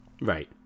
Right